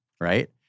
Right